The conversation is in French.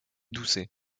doucet